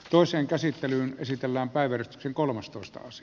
toisen käsittelyn esitellään päiväretki kolmastoista os